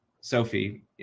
Sophie